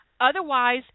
Otherwise